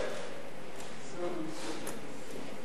לוועדת הכלכלה נתקבלה.